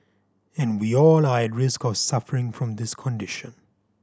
and we all are at risk of suffering from this condition